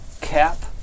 cap